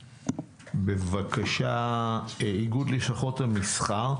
בבקשה, איגוד לשכות המסחר.